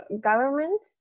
government